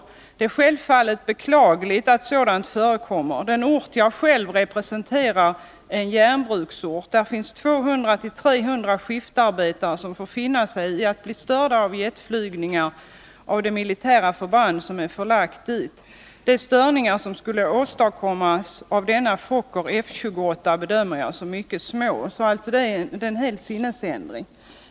Det är självfallet beklagligt att sådant förekommer. Den ort jag själv representerar är en järnbruksort. Där finns 200-300 skiftarbetare som får finna sig i att bli störda av jetflygningar av det militära förband som är förlagt dit. De störningar som skulle åstadkommas av denna Fokker F-28 bedömer jag som mycket små.” Det är alltså fråga om ett helt ändrat synsätt.